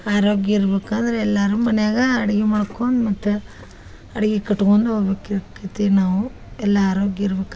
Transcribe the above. ಆರೋಗ್ಯ ಇರ್ಬೇಕಾದ್ರ ಎಲ್ಲಾರು ಮನ್ಯಾಗ ಅಡ್ಗಿ ಮಾಡ್ಕೊಂದ ಮತ್ತೆ ಅಡ್ಗಿ ಕಟ್ಕೊಂದು ಹೋಗ್ಬೇಕ್ ಆಕೈತಿ ನಾವು ಎಲ್ಲಾ ಆರೋಗ್ಯ ಇರ್ಬೇಕು